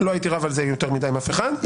לא הייתי רב על זה יותר מדי עם אף אחד.